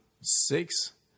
six